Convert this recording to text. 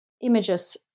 images